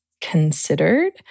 considered